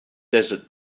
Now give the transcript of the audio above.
desert